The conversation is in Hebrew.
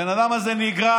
הבן אדם הזה נגרר,